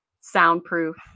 soundproof